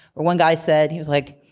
where one guys said, he was like.